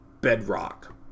bedrock